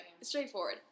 Straightforward